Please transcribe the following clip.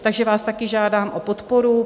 Takže vás také žádám o podporu.